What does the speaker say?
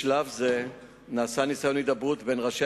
בשלב זה נעשה ניסיון הידברות בין ראשי